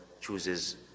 chooses